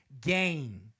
gain